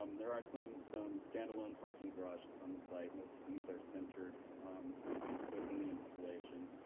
um there are some some standalone parking garages on the site. most of these are centered within the installation.